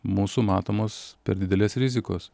mūsų matomos per didelės rizikos